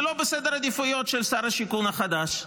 זה לא בסדר העדיפויות של שר השיכון החדש.